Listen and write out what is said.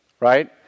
Right